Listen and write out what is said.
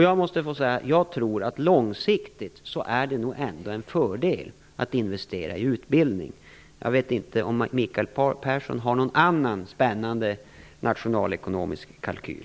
Jag tror att det långsiktigt ändå är en fördel att investera i utbildning. Jag vet inte om Michael Stjernström har någon annan spännande nationalekonomisk kalkyl.